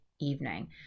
evening